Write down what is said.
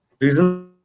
reason